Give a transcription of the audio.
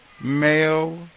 male